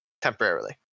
temporarily